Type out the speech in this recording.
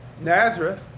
Nazareth